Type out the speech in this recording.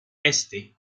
este